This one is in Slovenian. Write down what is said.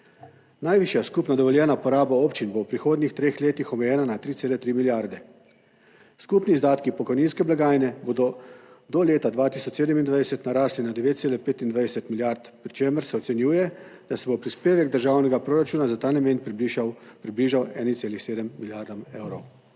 Najvišja skupna dovoljena poraba občin bo v prihodnjih treh letih omejena na 3,3 milijarde. Skupni izdatki pokojninske blagajne bodo do leta 2027 narasli na 9,25 milijard, pri čemer se ocenjuje, da se bo prispevek državnega proračuna za ta namen približal, približal 1,7 milijardam evrov.